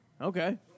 Okay